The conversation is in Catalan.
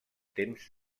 temps